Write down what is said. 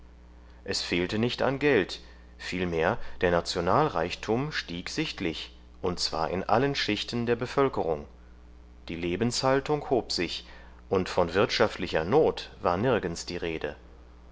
es fehlte nicht an geld vielmehr der nationalreichtum stieg sichtlich und zwar in allen schichten der bevölkerung die lebenshaltung hob sich und von wirtschaftlicher not war nirgends die rede